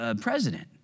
president